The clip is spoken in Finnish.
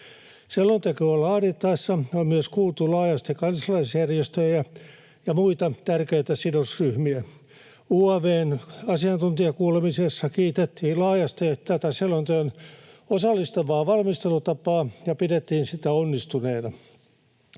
Selontekoa laadittaessa on myös kuultu laajasti kansalaisjärjestöjä ja muita tärkeitä sidosryhmiä. UaV:n asiantuntijakuulemisessa kiitettiin laajasti tätä selonteon osallistavaa valmistelutapaa ja pidettiin sitä onnistuneena.